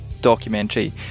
documentary